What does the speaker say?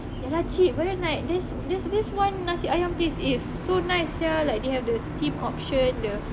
ya lah cheap but then like there's there's this one nasi ayam place it's so nice sia like they have the skin option the